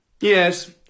Yes